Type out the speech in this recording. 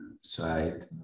side